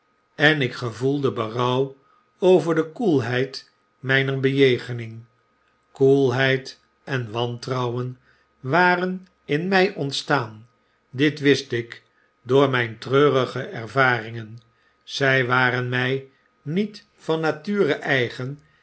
innigheid enuik gevoelde berouw over de koelheid myner bejegening koelheid en wantrouwen waren in my ontstaan dit wist ik door myn treurige ervanngen zy waren my niet van nature eigen